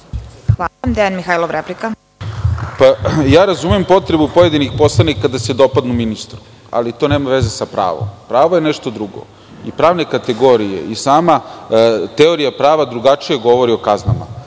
Izvolite. **Dejan Mihajlov** Razumem potrebu pojedinih poslanika da se dopadnu ministru, ali to nema veze sa pravom. Pravo je nešto drugo i pravne kategorije i sama teorija prava drugačije govori o kaznama.